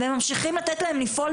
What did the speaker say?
והם ממשיכים לתת להם לפעול,